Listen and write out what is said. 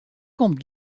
komt